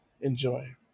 enjoy